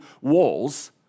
walls